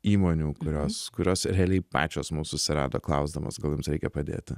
įmonių kurios kurios realiai pačios mus susirado klausdamos gal jums reikia padėti